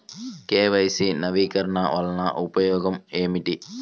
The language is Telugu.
కే.వై.సి నవీకరణ వలన ఉపయోగం ఏమిటీ?